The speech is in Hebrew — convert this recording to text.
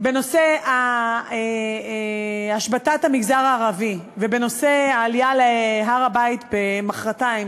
בנושא השבתת המגזר הערבי ובנושא העלייה להר-הבית מחרתיים,